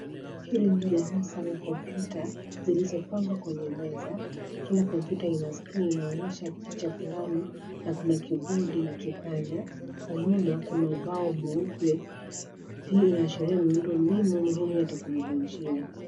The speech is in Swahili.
Hili ni darasa la kompyuta zilizopangwa kwenye meza. Kila kompyuta ina (screen) inayoonyesha picha fulani, na kuna kibodi na kipanya. Kwa nyuma, kuna ubao mweupe. Hii inaashiria miundombinu muhimu ya teknolojia.